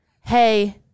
hey